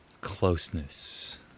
closeness